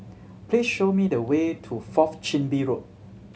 please show me the way to Fourth Chin Bee Road